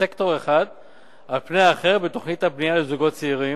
סקטור אחד על פני אחר בתוכנית הבנייה לזוגות צעירים".